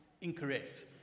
incorrect